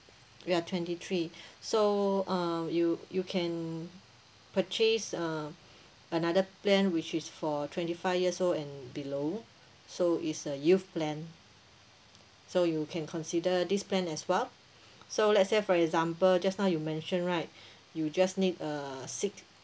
you're twenty three so uh you you can purchase uh another plan which is for twenty five years old and below so it's a youth plan so you can consider this plan as well so let's say for example just now you mention right you just need uh six